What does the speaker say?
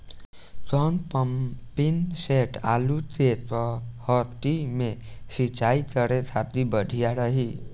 कौन pumping set आलू के कहती मे सिचाई करे खातिर बढ़िया रही?